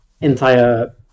entire